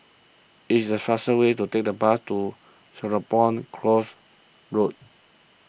it is faster way to take the bus to Serapong Course Road